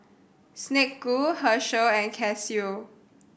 Snek Ku Herschel and Casio